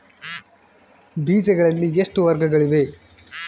ಬೇಜಗಳಲ್ಲಿ ಎಷ್ಟು ವರ್ಗಗಳಿವೆ?